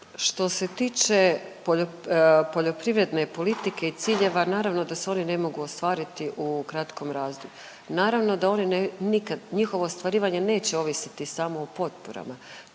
Što se tiče poljoprivredne politike i ciljeva naravno da se oni ne mogu ostvariti u kratkom razdoblju, naravno da oni nikad, njihovo ostvarivanje neće ovisiti samo o potporama.